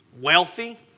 wealthy